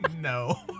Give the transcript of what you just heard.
no